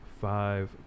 five